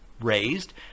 raised